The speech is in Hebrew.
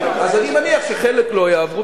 אז אני מניח שחלק לא יעברו,